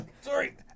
Sorry